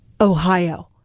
Ohio